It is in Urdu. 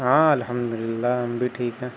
ہاں الحمد للہ ہم بھی ٹھیک ہیں